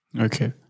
Okay